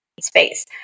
Space